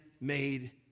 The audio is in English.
made